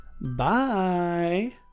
Bye